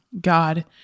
God